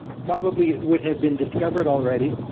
probably, it would have been discovered already.